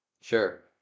sure